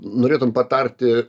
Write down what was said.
norėtum patarti